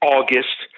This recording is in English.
August